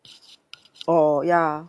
oh ya